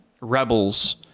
Rebels